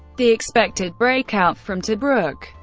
the expected breakout from tobruk,